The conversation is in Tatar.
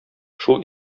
шул